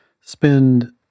spend